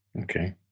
Okay